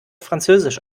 französisch